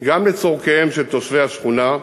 גם לצורכיהם של תושבי השכונה,